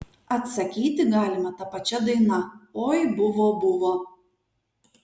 atsakyti galima ta pačia daina oi buvo buvo